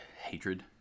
hatred